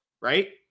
right